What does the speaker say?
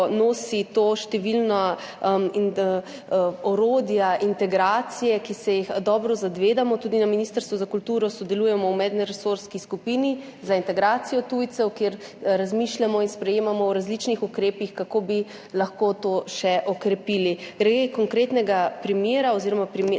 številna orodja integracije, ki se jih dobro zavedamo. Tudi na Ministrstvu za kulturo sodelujemo v medresorski skupini za integracijo tujcev, kjer sprejemamo in razmišljamo o različnih ukrepih, kako bi lahko to še okrepili. Glede konkretnega primera oziroma